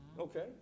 Okay